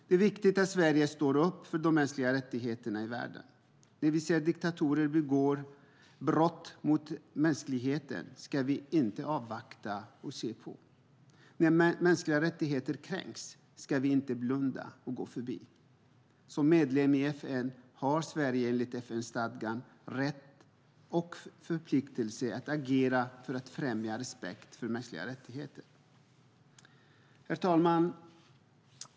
Det är viktigt att Sverige står upp för de mänskliga rättigheterna i världen. När vi ser diktatorer begå brott mot mänskligheten ska vi inte avvakta och se på. När mänskliga rättigheter kränks ska vi inte blunda och gå förbi. Som medlem i FN har Sverige enligt FN-stadgan rätt och förpliktelse att agera för att främja respekt för mänskliga rättigheter. Herr talman!